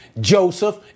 Joseph